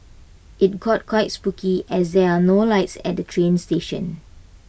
IT got quite spooky as there are no lights at the train station